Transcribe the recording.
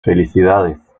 felicidades